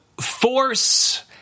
force